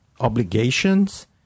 obligations